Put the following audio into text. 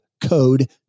code